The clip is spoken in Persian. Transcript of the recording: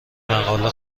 مقاله